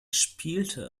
spielte